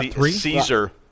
Caesar